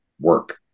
work